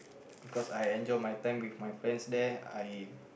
because I enjoy my time with my friends there I